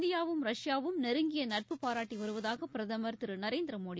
இந்தியாவும் ரஷ்யாவும் நெருங்கிய நட்பு பாராட்டி வருவதாக பிரதமர் திரு நரேந்திர மோடி